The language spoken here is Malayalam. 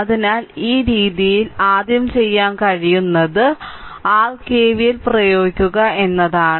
അതിനാൽ ഈ രീതിയിൽ ആദ്യം ചെയ്യാൻ കഴിയുന്നത് ആദ്യം ഇതുപോലുള്ള r KVL പ്രയോഗിക്കുക എന്നതാണ്